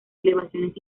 elevaciones